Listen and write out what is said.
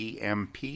EMP